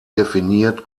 definiert